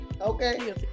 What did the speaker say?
Okay